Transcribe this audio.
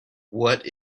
what